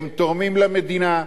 הם תורמים למדינה,